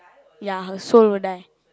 ya her soul will die